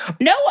No